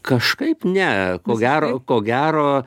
kažkaip ne ko gero ko gero